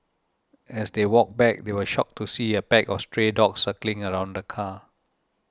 as they walked back they were shocked to see a pack of stray dogs circling around the car